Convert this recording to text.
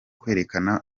kwerekana